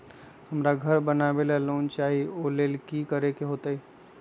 हमरा घर बनाबे ला लोन चाहि ओ लेल की की करे के होतई?